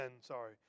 sorry